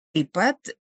taip pat